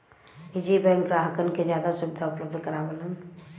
निजी बैंक ग्राहकन के जादा सुविधा उपलब्ध करावलन